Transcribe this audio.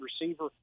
receiver